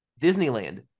Disneyland